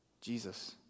Jesus